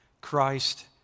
Christ